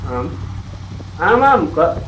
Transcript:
आम् आम् आं कः